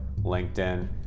LinkedIn